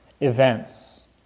events